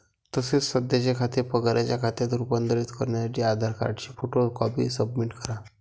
तसेच सध्याचे खाते पगाराच्या खात्यात रूपांतरित करण्यासाठी आधार कार्डची फोटो कॉपी सबमिट करा